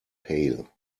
pail